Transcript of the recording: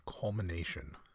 culmination